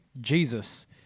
Jesus